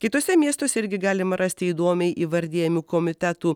kituose miestuose irgi galima rasti įdomiai įvardijamų komitetų